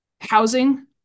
housing